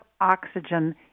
oxygen